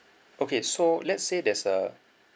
okay so let's say there's a